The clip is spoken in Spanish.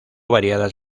variadas